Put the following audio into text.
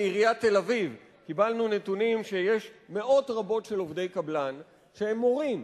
מעיריית תל-אביב קיבלנו נתונים שיש מאות רבות של עובדי קבלן שהם מורים.